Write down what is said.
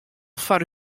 foar